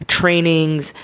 trainings